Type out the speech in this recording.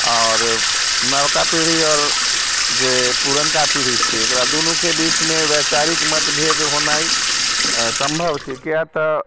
आओर नबका पीढ़ी आओर जे पुरनका पीढ़ी छै एकरा दुनूके बीचमे वैचारिक मतभेद होनाइ संभव छै किया तऽ